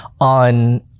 on